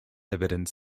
evidence